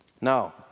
Now